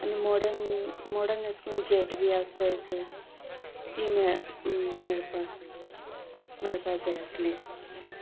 आनी modern modern अशे करून जेट बी आसतात चोय ती मेळपाक मेळपाक जाय आसलीं